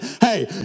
hey